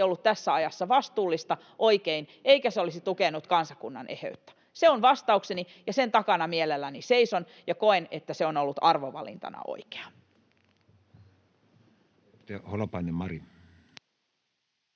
ollut tässä ajassa vastuullista, oikein, eikä se olisi tukenut kansakunnan eheyttä. Se on vastaukseni, ja sen takana mielelläni seison, ja koen, että se on ollut arvovalintana oikea.